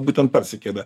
būtent persikėlė